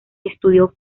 estudió